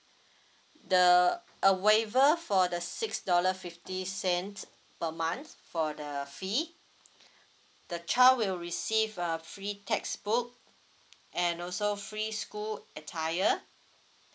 the a waiver for the six dollar fifty cent per month for the fee the child will receive uh free textbook and also free school attire